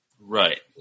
Right